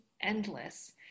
endless